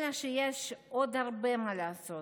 אלא שיש עוד הרבה מה לעשות.